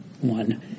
one